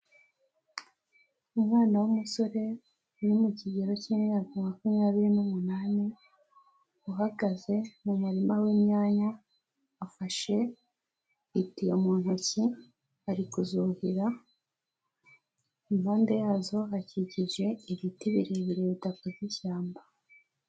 Umwana w'umusore uri mu kigero cy'imyaka makumyabiri n'umunani, uhagaze mu murima w'inyanya, afashe itiyo mu ntoki ari kuzuhira, impande yazo hakikije ibiti birebire bidafata ishyamba.